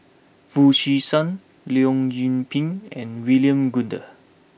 Foo Chee San Leong Yoon Pin and William Goode